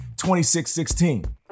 26-16